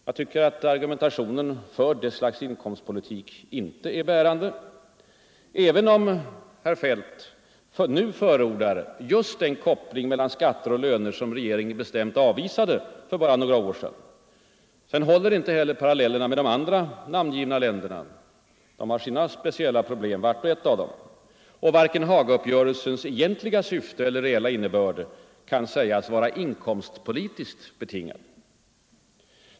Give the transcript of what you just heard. Jag tycker att argumentationen för det slagets inkomstpolitik inte är bärande, även om herr Feldt nu förordar just den koppling mellan skatter och löner som regeringen bestämt avvisade för bara några år sedan. Parallellerna med de andra namngivna länderna håller inte heller. Vart och ett av dem har sina speciella problem. Och varken Hagauppgörelsens egentliga syfte eller dess reella innebörd kan sägas vara inkomstpolitiskt betingade.